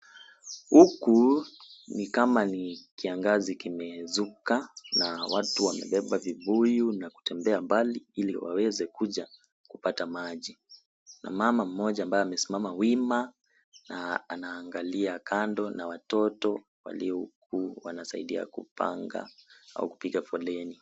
Huku ni kama ni kiangazi kimezuka watu wamebeba vibuyu na kutembea mbali ili waweze kuja kupata maji. Kuna mama mmoja ambaye amesimama wima na anaangalia kando na watoto walio huku wanasaidia kupanga au kupiga foleni.